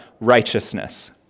righteousness